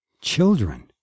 Children